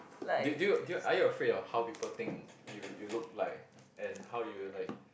do do do you are you afraid of how people think you you look like and how you like